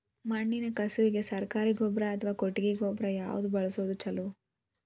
ಮಣ್ಣಿನ ಕಸುವಿಗೆ ಸರಕಾರಿ ಗೊಬ್ಬರ ಅಥವಾ ಕೊಟ್ಟಿಗೆ ಗೊಬ್ಬರ ಯಾವ್ದು ಬಳಸುವುದು ಛಲೋ?